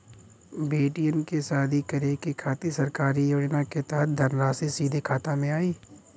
बेटियन के शादी करे के खातिर सरकारी योजना के तहत धनराशि सीधे खाता मे आई?